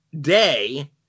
day